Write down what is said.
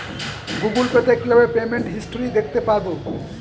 Google Pay তে কিভাবে payment history দেখতে পারবো?